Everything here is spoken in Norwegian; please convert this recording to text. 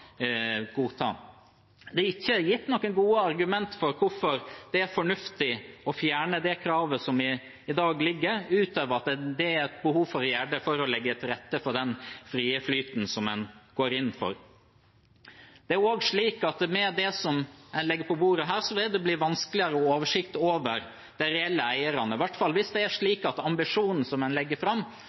godta. Det er ikke gitt noen gode argumenter for hvorfor det er fornuftig å fjerne det kravet som i dag ligger, utover at det er et behov for å gjøre det for å legge til rette for den frie flyten som en går inn for. Det er også slik at med det som en legger på bordet her, vil det bli vanskeligere å ha oversikt over de reelle eierne, i hvert fall hvis det er slik at ambisjonen som en legger fram,